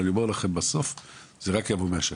אבל אני אומר לכם בסוף זה רק יבוא מהשטח.